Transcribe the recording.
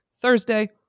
Thursday